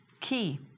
Key